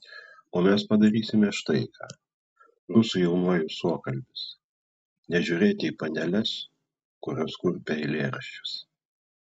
o mes padarysime štai ką rusų jaunuolių suokalbis nežiūrėti į paneles kurios kurpia eilėraščius